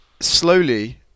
slowly